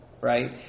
Right